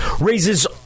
raises